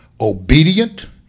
obedient